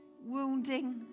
wounding